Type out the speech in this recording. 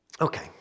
Okay